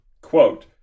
Quote